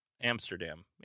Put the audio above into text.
Amsterdam